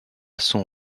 son